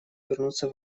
вернуться